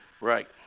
Right